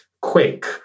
quick